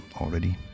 already